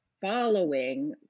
following